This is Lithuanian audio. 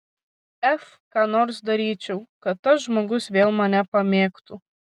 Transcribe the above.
f ką nors daryčiau kad tas žmogus vėl mane pamėgtų